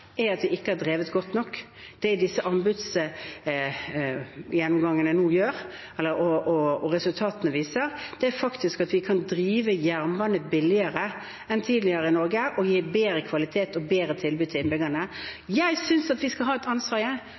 at vi ikke har drevet godt nok. Det som disse anbudsgjennomgangene og resultatene viser, er at vi kan drive jernbanen billigere enn tidligere i Norge, og gi bedre kvalitet og et bedre tilbud til innbyggerne. Jeg synes vi skal være ansvarlige overfor alle norske skattebetalere, som gjør at hver gang vi